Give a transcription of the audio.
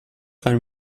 can